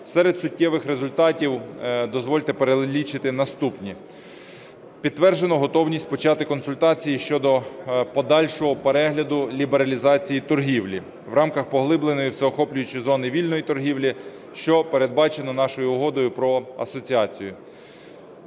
Серед суттєвих результатів дозвольте перелічити наступні. Підтверджено готовність почати консультації щодо подальшого перегляду лібералізації торгівлі в рамках поглибленої всеохоплюючої зони вільної торгівлі, що передбачено нашою Угодою про асоціацію.